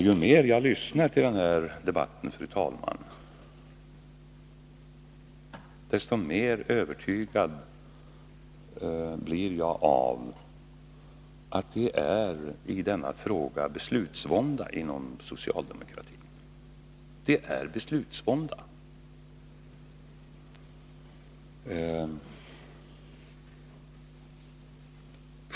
Ju mer jag lyssnar till den här debatten, fru talman, desto mer övertygad blir jag om att det i denna fråga råder beslutsvånda inom socialdemokratin.